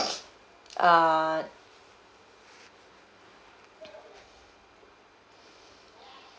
uh